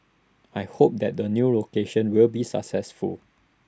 I hope that the new location will be successful